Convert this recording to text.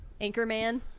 Anchorman